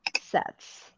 sets